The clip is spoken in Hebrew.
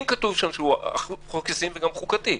וחוקתי.